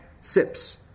sips